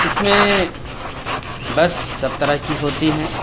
اس میں بس سب طرح کی ہوتی ہیں